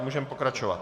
Můžeme pokračovat.